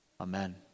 Amen